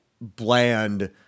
bland